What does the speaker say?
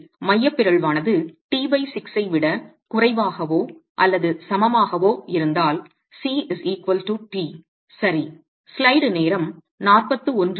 எனவே மைய பிறழ்வானது t6 ஐ விட குறைவாகவோ அல்லது சமமாகவோ இருந்தால் c t சரி